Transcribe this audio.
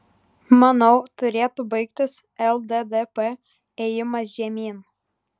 manau turėtų baigtis lddp ėjimas žemyn